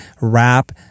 rap